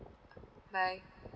bye